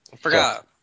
forgot